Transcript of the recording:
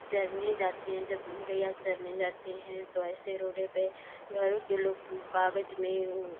चरने जाती है जब गईया चरने जाती है तो ऐसे रोडों पर घरों के लोग कागज़ में मतलब